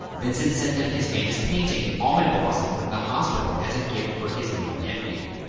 vincent sent them his famous painting, almond blossom, from the hospital, as a gift for his new nephew.